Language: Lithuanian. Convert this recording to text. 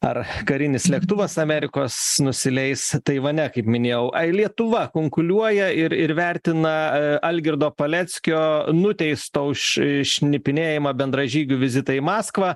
ar karinis lėktuvas amerikos nusileis taivane kaip minėjau ar lietuva kunkuliuoja ir ir vertina algirdo paleckio nuteisto už šnipinėjimą bendražygių vizitą į maskvą